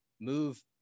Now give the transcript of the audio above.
move